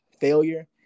failure